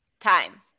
Time